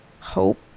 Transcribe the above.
hope